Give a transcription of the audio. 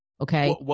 okay